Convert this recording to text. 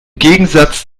gegensatz